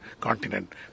continent